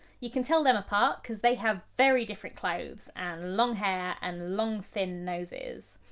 you can tell them apart because they have very different clothes and long hair and long thin noses.